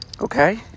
Okay